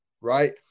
Right